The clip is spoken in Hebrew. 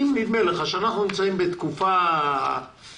אם נדמה לך שאנחנו נמצאים בתקופה מיוחדת,